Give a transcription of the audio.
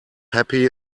happy